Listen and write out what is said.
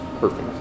perfect